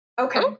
Okay